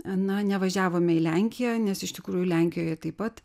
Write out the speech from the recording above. na nevažiavome į lenkiją nes iš tikrųjų lenkijoje taip pat